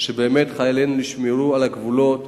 שבאמת חיילינו ישמרו על הגבולות